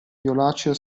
violaceo